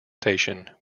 station